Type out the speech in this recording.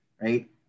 right